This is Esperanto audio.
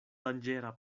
danĝera